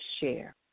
share